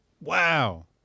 Wow